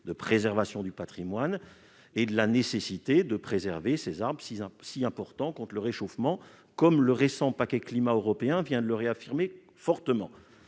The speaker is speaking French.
de préservation du patrimoine et de la nécessité de préserver ces arbres si importants contre le réchauffement, comme le récent paquet climat européen vient de le réaffirmer fortement.